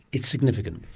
it's significant.